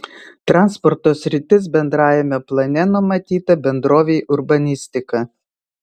transporto sritis bendrajame plane numatyta bendrovei urbanistika